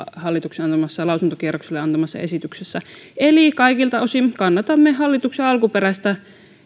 hallituksen lausuntokierrokselle antamassa esityksessä eli kaikilta osin kannatamme hallituksen alkuperäistä